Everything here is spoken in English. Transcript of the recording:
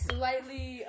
slightly